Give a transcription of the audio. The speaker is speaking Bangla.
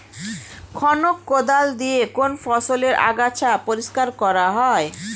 খনক কোদাল দিয়ে কোন ফসলের আগাছা পরিষ্কার করা হয়?